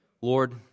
Lord